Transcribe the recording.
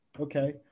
okay